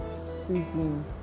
season